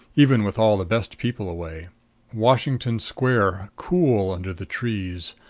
even with all the best people away washington square, cool under the trees,